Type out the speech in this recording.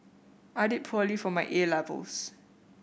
I did poorly for my 'A' levels